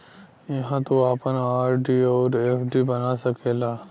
इहाँ तू आपन आर.डी अउर एफ.डी बना सकेला